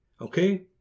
okay